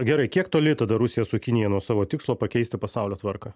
gerai kiek toli tada rusija su kinija nuo savo tikslo pakeisti pasaulio tvarką